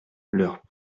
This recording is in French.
leurs